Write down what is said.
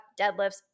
deadlifts